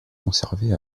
conservé